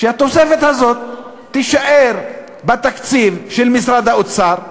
שהתוספת הזאת תישאר בתקציב של משרד האוצר,